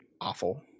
awful